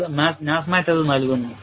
അത് NASMAT നൽകുന്നു